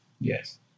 Yes